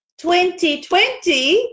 2020